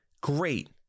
Great